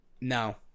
no